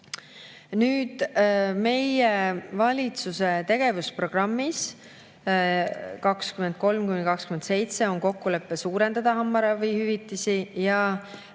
Nüüd, meie valitsuse tegevusprogrammis 2023–2027 on kokkulepe suurendada hambaravihüvitisi.